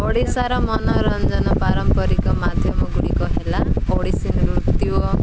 ଓଡ଼ିଶାର ମନୋରଞ୍ଜନ ପାରମ୍ପରିକ ମାଧ୍ୟମ ଗୁଡ଼ିକ ହେଲା ଓଡ଼ିଶୀ ନୃତ୍ୟ